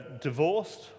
divorced